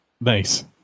Nice